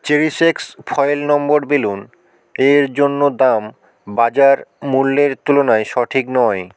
cherish X foil number balloon এর জন্য দাম বাজার মূল্যের তুলনায় সঠিক নয়